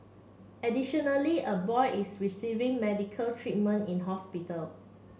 additionally a boy is receiving medical treatment in hospital